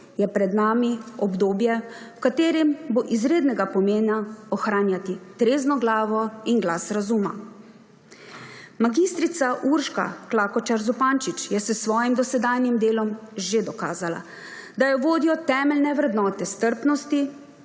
je pred nami obdobje, v katerem bo izrednega pomena ohranjati trezno glavo in glas razuma. Mag. Urška Klakočar Zupančič je s svojim dosedanjim delom že dokazala, da jo vodijo temeljne vrednote strpnosti,